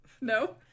No